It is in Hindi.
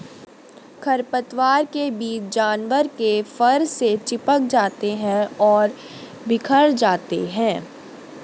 खरपतवार के बीज जानवर के फर से चिपक जाते हैं और बिखर जाते हैं